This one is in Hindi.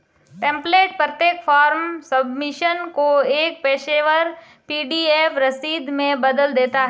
टेम्प्लेट प्रत्येक फॉर्म सबमिशन को एक पेशेवर पी.डी.एफ रसीद में बदल देता है